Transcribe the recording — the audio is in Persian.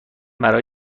برای